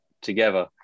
together